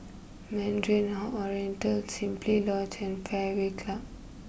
Mandarin Ho Oriental Simply Lodge and Fairway Club